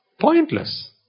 Pointless